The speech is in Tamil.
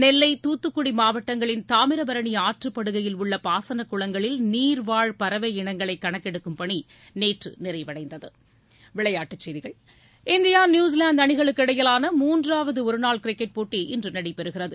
நெல்லை துத்துக்குடி மாவட்டங்களின் தாமிரபரணி ஆற்றுப்படுகையில் உள்ள பாசனக் குளங்களில் நீர்வாழ் பறவை இனங்களை கணக்கெடுக்கும் பணி நேற்று நிறைவடைந்தது இந்தியா நியூஸிலாந்து அணிகளுக்கு இடையிலான மூன்றாவது ஒருநாள் கிரிக்கெட் போட்டி இன்று நடைபெறுகிறது